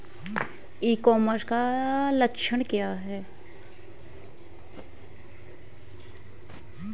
ई commerce का लक्ष्य क्या है?